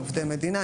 עובדי מדינה,